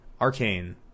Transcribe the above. Arcane